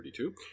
32